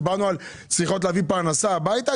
דיברנו על צריכות להביא פרנסה הביתה?